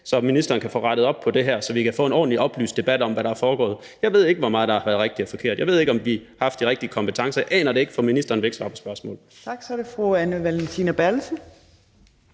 så ministeren kan få rettet op på det her, så vi kan få en ordentlig, oplyst debat om, hvad der er foregået. Jeg ved ikke, hvor meget der har været rigtigt og forkert. Jeg ved ikke, om vi har haft de rigtige kompetencer. Jeg aner det ikke, for ministeren vil ikke svare på spørgsmål. Kl. 13:29 Fjerde næstformand (Trine Torp):